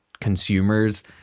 consumers